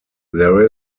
there